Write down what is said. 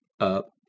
up